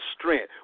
strength